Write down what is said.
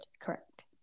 Correct